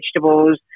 vegetables